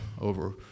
over